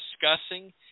discussing